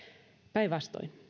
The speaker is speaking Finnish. päinvastoin